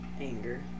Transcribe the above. Anger